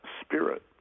spirit